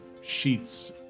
sheets